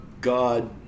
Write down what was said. God